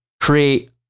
create